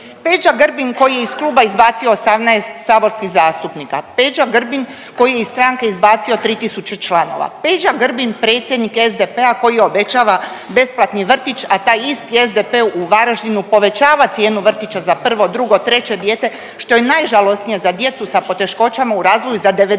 Peđa Grbin koji je iz kluba izbacio 18 saborskih zastupnika, Peđa Grbin koji je iz stranke izbacio 3 tisuće članova, Peđa Grbin predsjednik SDP-a koji obećava besplatni vrtić, a taj isti SDP u Varaždinu povećava cijenu vrtića za prvo, drugo, treće dijete, što je najžalosnije za djecu sa poteškoćama u razvoju za 96%.